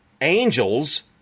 angels